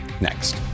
next